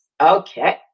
Okay